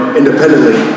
independently